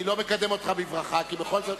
אני לא מקדם אותך בברכה, כי בכל זאת,